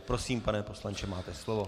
Prosím, pane poslanče, máte slovo.